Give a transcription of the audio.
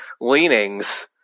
leanings